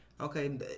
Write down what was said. okay